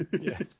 yes